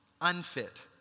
unfit